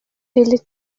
billy